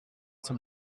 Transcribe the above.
some